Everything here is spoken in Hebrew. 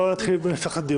בואו נתחיל בדיון.